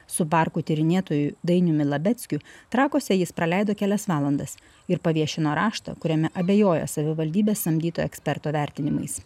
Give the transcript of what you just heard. su parkų tyrinėtoju dainiumi labeckiu trakuose jis praleido kelias valandas ir paviešino raštą kuriame abejoja savivaldybės samdyto eksperto vertinimais